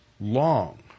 long